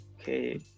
okay